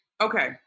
okay